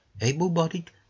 Able-bodied